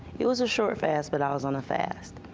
it was a short fast, but i was on a fast.